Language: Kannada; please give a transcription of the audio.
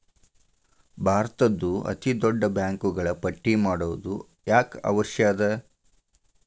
ಭಾರತದ್ದು ಅತೇ ದೊಡ್ಡ ಬ್ಯಾಂಕುಗಳ ಪಟ್ಟಿ ಮಾಡೊದು ಯಾಕ್ ಅವಶ್ಯ ಅದ?